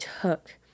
took